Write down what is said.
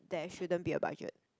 there shouldn't be a budget